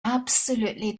absolutely